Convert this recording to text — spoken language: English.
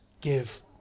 give